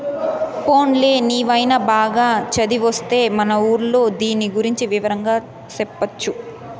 పోన్లే నీవైన బాగా చదివొత్తే మన ఊర్లో దీని గురించి వివరంగా చెప్పొచ్చు